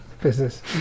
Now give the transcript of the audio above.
business